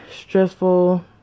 stressful